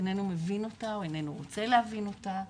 הוא איננו מבין אותה או איננו רוצה להבין אותה.